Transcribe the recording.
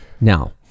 Now